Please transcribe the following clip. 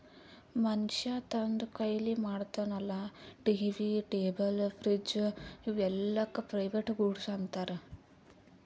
ಮನ್ಶ್ಯಾ ತಂದ್ ಕೈಲೆ ಮಾಡ್ತಾನ ಅಲ್ಲಾ ಟಿ.ವಿ, ಟೇಬಲ್, ಫ್ರಿಡ್ಜ್ ಇವೂ ಎಲ್ಲಾಕ್ ಪ್ರೈವೇಟ್ ಗೂಡ್ಸ್ ಅಂತಾರ್